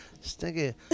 Stinky